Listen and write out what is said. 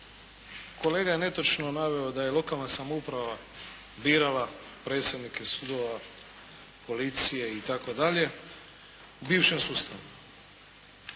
Kolega je netočno naveo da je lokalna samouprava birala predsjednike sudova, policije itd. u bivšem sustavu.